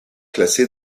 classé